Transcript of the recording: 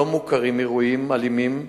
לא מוכרים אירועי אלימות